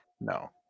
no